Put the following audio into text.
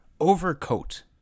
overcoat